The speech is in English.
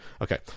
okay